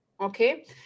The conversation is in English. Okay